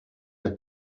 her